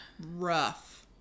Rough